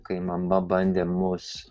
kai mama bandė mus